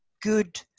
good